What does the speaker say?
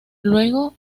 luego